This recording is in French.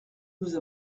nous